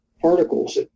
particles